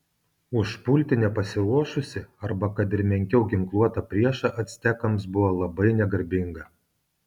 užpulti nepasiruošusį arba kad ir menkiau ginkluotą priešą actekams buvo labai negarbinga